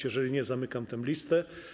Jeżeli nie, zamykam listę.